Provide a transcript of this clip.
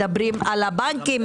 מדברים על הבנקים,